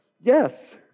yes